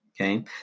okay